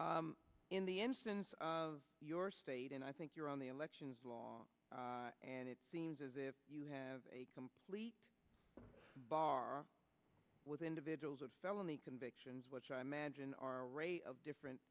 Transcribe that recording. in the instance of your state and i think you're on the elections and it seems as if you have a complete bar with individuals of felony convictions which i imagine are rate of different